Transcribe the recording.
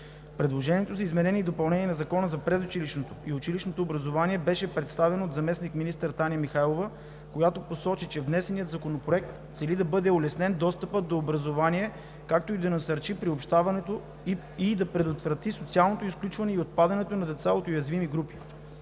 Предложението за изменение и допълнение на Закона за предучилищното и училищното образование беше представено от заместник-министър Таня Михайлова, която посочи, че внесеният законопроект цели да бъде улеснен достъпът до образование, както и да насърчи приобщаването и да предотврати социалното изключване и отпадането на деца от уязвими групи.